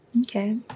okay